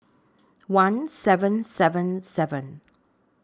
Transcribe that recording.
one seven seven seven